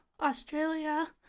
Australia